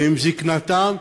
עם זיקנתם,